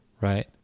right